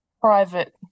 private